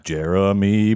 Jeremy